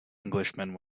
englishman